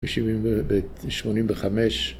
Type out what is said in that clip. ‫ב-85'.